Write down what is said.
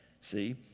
See